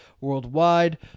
worldwide